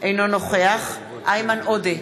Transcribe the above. אינו נוכח איימן עודה,